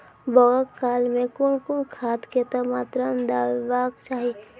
बौगक काल मे कून कून खाद केतबा मात्राम देबाक चाही?